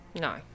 No